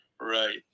Right